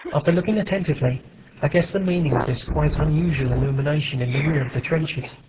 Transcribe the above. after looking attentively i guessed the meaning of this quite unusual illumination in the rear of the trenches.